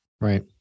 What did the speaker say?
Right